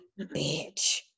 bitch